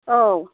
औ